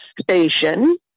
station